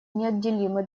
неотделимы